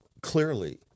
clearly